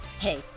Hey